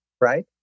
right